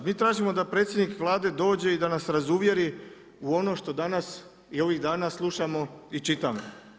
Mi tražimo da predsjednik Vlade dođe i da nas razuvjeri u ono što danas i ovih dana slušamo i čitamo.